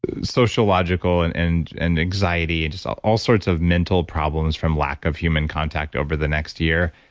sociological and and and anxiety and just all all sorts of mental problems from lack of human contact over the next year.